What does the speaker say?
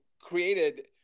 created